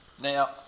Now